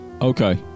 Okay